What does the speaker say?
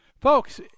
Folks